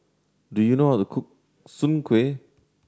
do you know how to cook soon kway